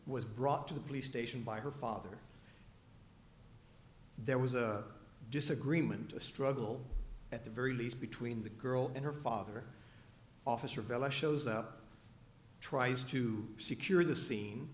was brought to the police station by her father there was a disagreement a struggle at the very least between the girl and her father officer velez shows up tries to secure the scene